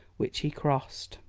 which he crossed.